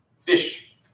Fish